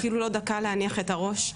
אפילו לא דקה להניח את הראש,